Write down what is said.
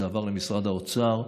זה עבר למשרד האוצר.